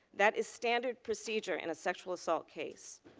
that is standard procedure in a sexual assault case.